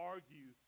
argue